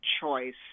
choice